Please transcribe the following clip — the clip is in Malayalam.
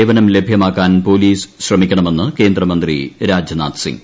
സേവനം ലഭ്യമാക്കാൻ പ്പൊലീസ് ശ്രമിക്കണമെന്ന് കേന്ദ്രമന്ത്രി രാജ്നാഥ് സീംഗ്